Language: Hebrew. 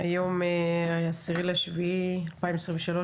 היום 10.7.2023,